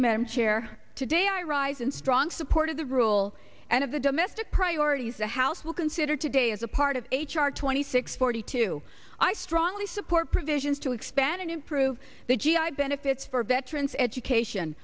you madam chair today i rise in strong support of the rule and of the domestic priorities the house will consider today as a part of h r twenty six forty two i strongly support provisions to expand and improve the g i benefits for veterans education